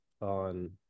on